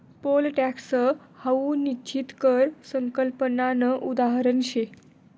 pole tax हाऊ निश्चित कर संकल्पनानं उदाहरण शे